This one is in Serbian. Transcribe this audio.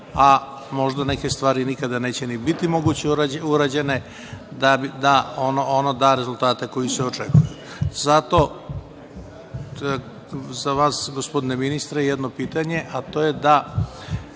a možda neke stvari nikad i neće biti moguće urađene, da ono da rezultate koji se očekuju. Zato, za vas, gospodine ministre, jedno pitanje, a to je da